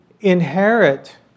inherit